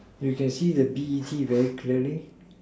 you can see the B_E_T very clearly